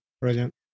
Brilliant